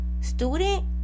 student